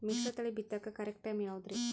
ಮಿಶ್ರತಳಿ ಬಿತ್ತಕು correct time ಯಾವುದರಿ?